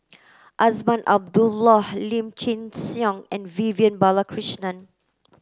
Azman Abdullah Lim Chin Siong and Vivian Balakrishnan